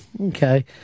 okay